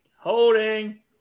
holding